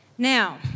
Now